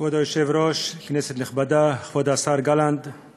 כבוד היושב-ראש, כנסת נכבדה, כבוד השר גלנט,